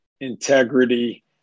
integrity